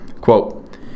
Quote